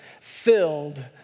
filled